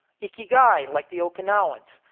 ikigai, like the okinawans.